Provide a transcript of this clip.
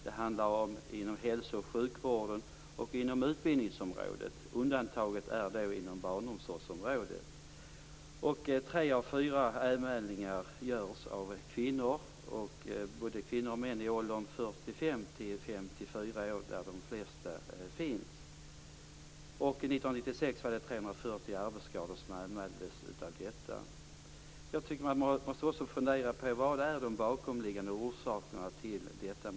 Det handlar om hälso och sjukvården och om utbildningsområdet. Undantaget finns inom barnomsorgsområdet. Tre av fyra anmälningar görs av kvinnor. Det är i gruppen av både kvinnor och män i åldern 40-50år som de flesta av fallen finns. 1996 var det 340 arbetsskador som anmäldes av detta skäl. Jag tycker också att man måste fundera på vilka de bakomliggande orsakerna till detta är.